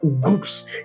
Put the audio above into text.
groups